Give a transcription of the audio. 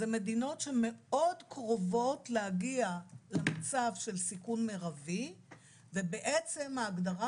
זה מדינות שמאוד קרובות להגיע למצב של סיכון מרבי ובעצם ההגדרה